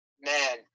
Man